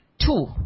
two